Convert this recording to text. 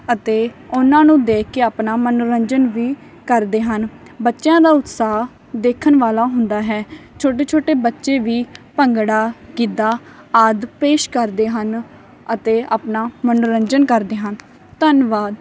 ਅਤੇ ਉਹਨਾਂ ਨੂੰ ਦੇਖ ਕੇ ਆਪਣਾ ਮਨੋਰੰਜਨ ਵੀ ਕਰਦੇ ਹਨ ਬੱਚਿਆਂ ਦਾ ਉਤਸ਼ਾਹ ਦੇਖਣ ਵਾਲਾ ਹੁੰਦਾ ਹੈ ਛੋਟੇ ਛੋਟੇ ਬੱਚੇ ਵੀ ਭੰਗੜਾ ਗਿੱਧਾ ਆਦਿ ਪੇਸ਼ ਕਰਦੇ ਹਨ ਅਤੇ ਆਪਣਾ ਮਨੋਰੰਜਨ ਕਰਦੇ ਹਨ ਧੰਨਵਾਦ